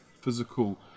physical